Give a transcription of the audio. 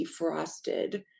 defrosted